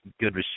good